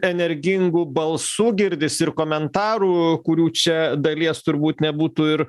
energingų balsų girdisi ir komentarų kurių čia dalies turbūt nebūtų ir